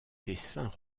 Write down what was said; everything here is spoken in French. dessins